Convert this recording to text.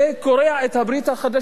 קורע את הברית החדשה,